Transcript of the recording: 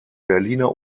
berliner